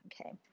Okay